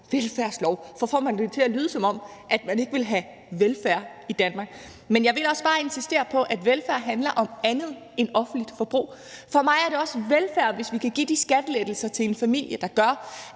velfærdslov, for så får man det til at lyde, som om man ikke vil have velfærd i Danmark. Men jeg vil også bare insistere på, at velfærd handler om andet end offentligt forbrug. For mig er det også velfærd, hvis vi kan give de skattelettelser til en familie, der gør,